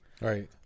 Right